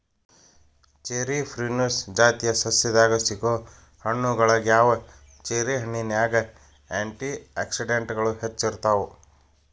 cherry Prunus ಜಾತಿಯ ಸಸ್ಯದಾಗ ಸಿಗೋ ಹಣ್ಣುಗಳಗ್ಯಾವ, ಚೆರಿ ಹಣ್ಣಿನ್ಯಾಗ ಆ್ಯಂಟಿ ಆಕ್ಸಿಡೆಂಟ್ಗಳು ಹೆಚ್ಚ ಇರ್ತಾವ